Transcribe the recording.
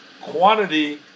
quantity